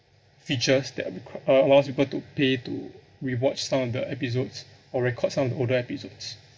features that c~ uh allows people to pay to rewatch some of the episodes or record some of the older episodes